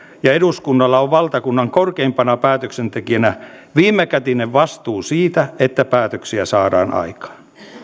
ja eduskunnalla on valtakunnan korkeimpana päätöksentekijänä viimekätinen vastuu siitä että päätöksiä saadaan aikaan